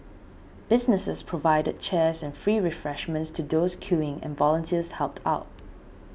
businesses provided chairs and free refreshments to those queuing and volunteers helped out